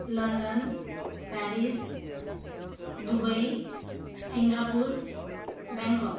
London Paris Dubai Singapore Bangkok